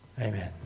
Amen